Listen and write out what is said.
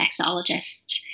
sexologist